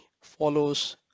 follows